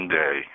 day